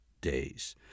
days